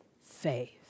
faith